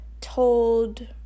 told